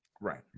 right